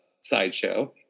Sideshow